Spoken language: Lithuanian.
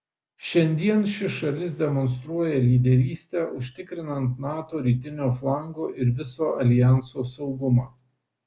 šiandien ši šalis demonstruoja lyderystę užtikrinant nato rytinio flango ir viso aljanso saugumą